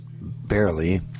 barely